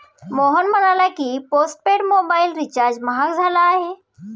मोहन म्हणाला की, postpaid mobile recharge महाग झाला आहे